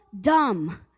dumb